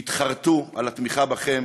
יתחרטו על התמיכה בכם